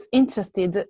interested